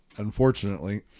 unfortunately